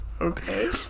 Okay